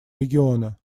региона